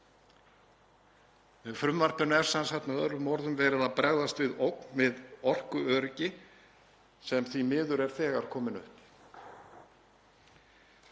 Með frumvarpinu er sem sagt með öðrum orðum verið að bregðast við ógn við orkuöryggi sem því miður er þegar komin upp.